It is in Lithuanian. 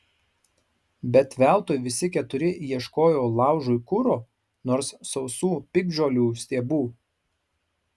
bet veltui visi keturi ieškojo laužui kuro nors sausų piktžolių stiebų